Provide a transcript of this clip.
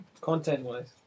Content-wise